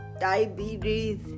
diabetes